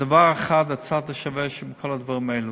דבר אחד, הצד השווה בכל הדברים האלה: